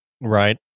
Right